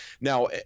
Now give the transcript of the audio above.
Now